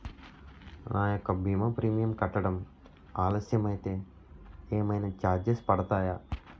నా యెక్క భీమా ప్రీమియం కట్టడం ఆలస్యం అయితే ఏమైనా చార్జెస్ పడతాయా?